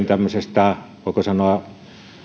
tämmöisestä voiko sanoa uhkakuvien